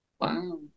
Wow